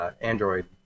Android